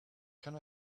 can